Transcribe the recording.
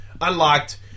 Unlocked